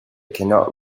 cannot